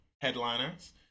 headliners